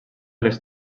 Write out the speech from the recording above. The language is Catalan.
les